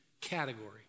category